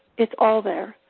it's all there.